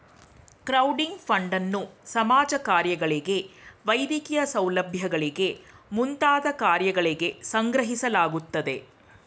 crowding ಫಂಡನ್ನು ಸಮಾಜ ಕಾರ್ಯಗಳಿಗೆ ವೈದ್ಯಕೀಯ ಸೌಲಭ್ಯಗಳಿಗೆ ಮುಂತಾದ ಕಾರ್ಯಗಳಿಗೆ ಸಂಗ್ರಹಿಸಲಾಗುತ್ತದೆ